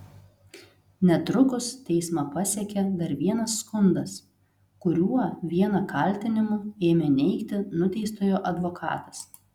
netrukus teismą pasiekė dar vienas skundas kuriuo vieną kaltinimų ėmė neigti nuteistojo advokatas